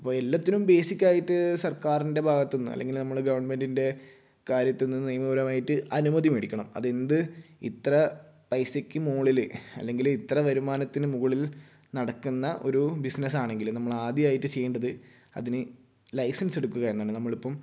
അപ്പോൾ എല്ലാത്തിനും ബേസിക്ക് ആയിട്ട് സർക്കാരിൻ്റെ ഭാഗത്ത് നിന്ന് അല്ലെങ്കിൽ നമ്മൾ ഗവൺമെന്റിൻ്റെ കാര്യത്തിൽ നിന്ന് നിയപരമായിട്ട് അനുമതി മേടിക്കണം അത് എന്ത് ഇത്ര പൈസക്ക് മുകളിൽ അല്ലെങ്കിൽ ഇത്ര വരുമാനത്തിന് മുകളിൽ നടക്കുന്ന ഒരു ബിസിനസ് ആണെങ്കിൽ നമ്മൾ ആദ്യമായിട്ട് ചെയ്യേണ്ടത് അതിന് ലൈസെൻസ് എടുക്കുക എന്നതാണ് നമ്മളിപ്പോൾ